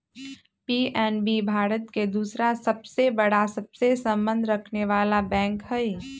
PNB Bharat के दूसरा सबसे बड़ा सबसे संबंध रखनेवाला बैंक हई